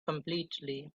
completely